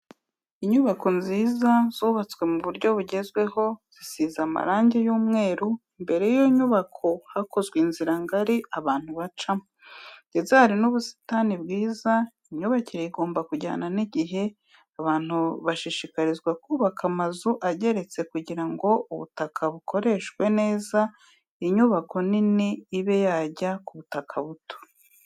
Inyubako nziza zubatswe mu buryo bugezweho zisize amarangi y'umweru, imbere y'iyo nyubako hakozwe inzira ngari abantu bacamo, ndetse hari n'ubusitani bwiza, imyubakire igomba kujyana n'igihe, abantu bashishikarizwa kubaka amazu ageretse kugira ngo ubutaka bukoreshwe neza inyubako nini ibe yajya ku butaka buto.